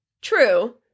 True